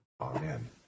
Amen